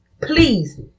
Please